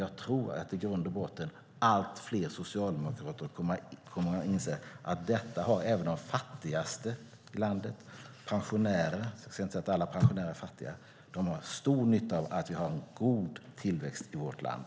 Jag tror att allt fler socialdemokrater i grund och botten kommer att inse att även de fattigaste i landet och pensionärerna - jag säger inte att alla pensionärer är fattiga - har stor nytta av att vi har en god tillväxt i vårt land.